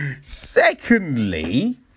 Secondly